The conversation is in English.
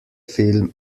film